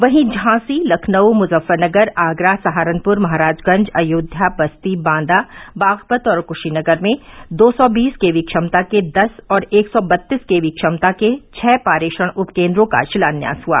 वहीं झांसी लखनऊ मुजफ्फरनगर आगरा सहारनपुर महाराजगंज अयोध्या बस्ती बांदा बागपत और कुशीनगर में दो सौ बीस के वी क्षमता के दस और एक सौ बत्तीस केवी क्षमता के छह पारेषण उपकेन्द्रों का शिलान्यास हुआ